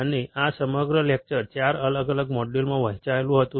અને આ સમગ્ર લેકચર 4 અલગ અલગ મોડ્યુલોમાં વહેંચાયેલું હતું